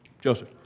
Joseph